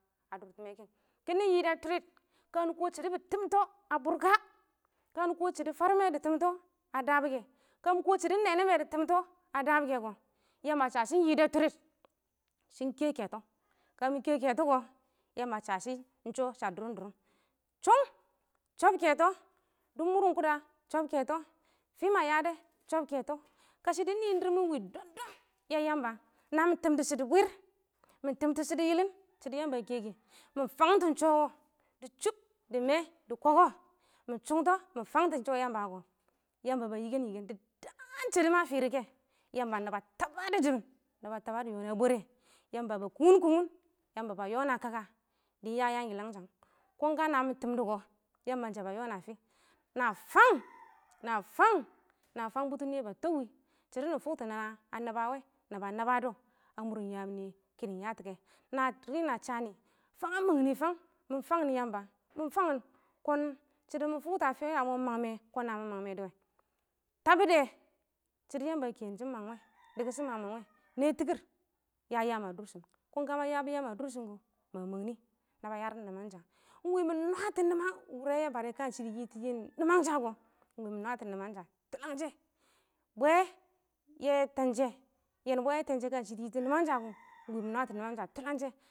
kɪnɪ yɪdɛ twɪrɪd kanɪ kɔ shɪdɔ bɪ tɪmtɔ a burka, kamɪ kɔ shɪdɔ farmɛ dɪ tɪmtɔ a dabɔ kɛ ka mɪ kɔ shɪdo na nɪma dɪ tɪmtɔ a dabɔ kɛ shɪnɪ yɪdɛ tʊrɪd Yamba sha shɪ yɪdɛ twɪrɪd shɪ kɛ kɛtɔ kamɪ kɛ kɛtɔ kɔ Yamba a sha sha ɪng shɔ sha dʊrʊm-dʊrʊm chʊng chop kɛtɔ dʊb mʊrɪn kʊda chop kɛtɔ ma yaddɛ chɔp kɛtɔ, kashɪ dɪ nɪɪm dɪɪr mɪn ɪng wɪ dardar yɛ yamba nami tɪmdɔ shiddɔ bwɪɪr mɪ tɪmtɔ shɪdɔ yɪlɪn shɪdɔ Yamba a kɛkɪ ma fangtɔ shɔ wɔ dɪ chʊm-dɪ mee dɪ koko mɪ chungtɔ mɪ fangtɔ shɔ Yamba kɔ, Yamba ba yɪkɛn yɪkɛn dɪ daan shɪdɔ ma fɪrkɛ, Yamba naba taba dɔ yoon a bwere yamba ba kʊngʊn kʊngʊn, Yamba ba yoon a kakka dɪ ya yam yɪlanshang kʊn nami tɪmtɔ kɔ Yamba ba yoon a fɪ na fang na fang na fang bʊtʊn nɪyɛ a toon wɪ shɪdɔ nɪ fungtɔ nane a naba wɛ naba nabadɔ a mʊr yam nɪyɛ kɪnɪ yatɔ kɛ mɪ fangɪn yamba mɪ fangɪn kʊn shɪdo mɪ fʊktɔ mɪ famg me kʊn nami mang dɔ wɛ dabɪde shɪdɔ Yamba a keen shɪ mangwe shɪdo shʊ ma mangwe nɛ tɪkɪr a durshun ya yaam a dʊrshɪn kʊn kɔ ma yabɔ yaam a dʊrshɪn, kɔn ma mangnɪ nama nwadɔ nɪmasha ɪng wɪ mɪ nwatɔ nɪman wʊrɛ yɛ barɛ, kadɪ yɛ tɔ nɪmansha kɔ ɪng wɪ mɪ nwatɔ nɪman tulashe bwe yɛ tenshe yen bwe yɛ tenshe kə shɪ dɪ yɪɪm yɪlangshank kɪɪn